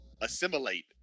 assimilate